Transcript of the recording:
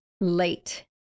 late